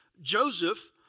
Joseph